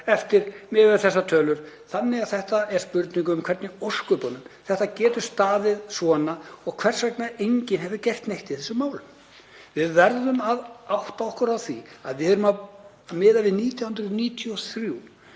eftir miðað við þessar tölur þannig að þetta er spurning um hvernig í ósköpunum þetta getur staðið svona og hvers vegna enginn hefur gert neitt í þessum málum. Við verðum að átta okkur á því að við erum að miða við 1993.